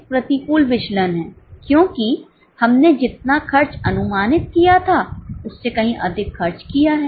यह एक प्रतिकूल विचलन है क्योंकि हमने जितना खर्च अनुमानित किया था उससे कहीं अधिक खर्च किया है